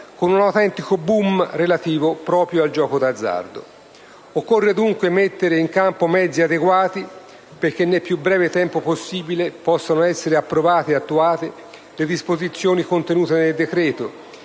con un autentico *boom* relativo proprio al gioco d'azzardo. Occorre dunque mettere in campo mezzi adeguati perché, nel più breve tempo possibile, possano essere approvate e attuate le disposizioni contenute nel decreto,